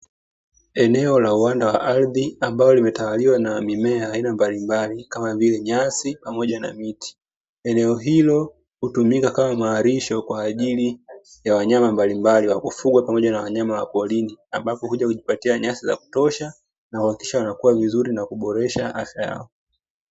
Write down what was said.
Eneoe la uwanda wa ardhi ambalo limetawaliwa na mimea ya aina mbalimbali kama vile nyasi pamoja na miti. Eneo hilo hutumika kama malisho kwa ajili ya wanyama mbalimbali wa kufugwa pamoja na wanyama wa porini, ambapo huja kujipatia nyasi za kutosha na kuhakikisha wanakuwa vizuri na kuboresha afya yao.